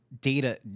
data